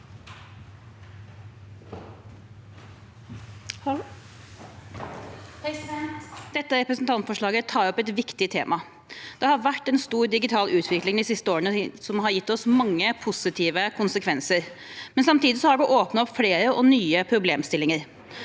Dette represen- tantforslaget tar opp et viktig tema. Det har vært en stor digital utvikling de siste årene som har gitt mange positive konsekvenser. Samtidig har det åpnet opp for flere og nye problemstillinger.